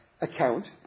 account